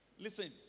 Listen